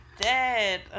dead